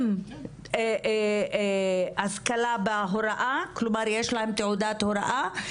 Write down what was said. עם השכלה בהוראה עם תעודת הוראה,